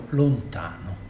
lontano